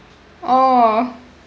oh